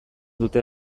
dute